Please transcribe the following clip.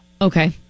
Okay